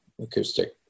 acoustic